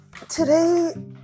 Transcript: Today